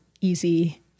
easy